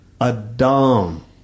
Adam